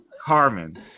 Carmen